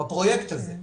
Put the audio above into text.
בפרויקט הזה.